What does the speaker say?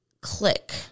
click